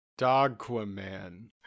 Dogquaman